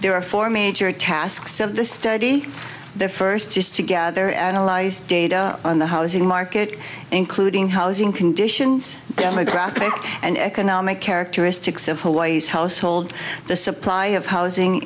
are four major tasks of the study there first is to gather analyze data on the housing market including housing conditions demographic and economic characteristics of hawaii's household the supply have housing